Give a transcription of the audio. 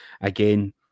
Again